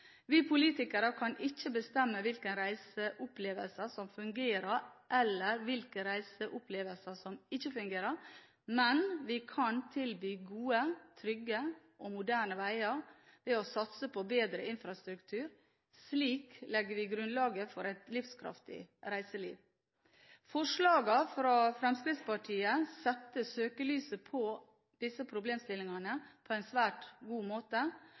Vi politikere kan ikke bestemme hvilken reiseopplevelse som fungerer, eller hvilken reiseopplevelse som ikke fungerer, men vi kan tilby gode, trygge og moderne veier ved å satse på bedre infrastruktur. Slik legger vi grunnlaget for et livskraftig reiseliv. Forslagene fra Fremskrittspartiet setter søkelyset på disse problemstillingene på en svært god måte.